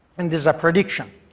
and this is a prediction.